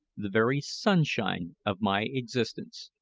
the very sunshine of my existence.